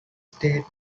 state